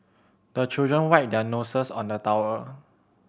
the children wipe their noses on the towel